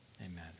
Amen